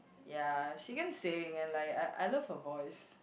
ya she can sing and like I I love her voice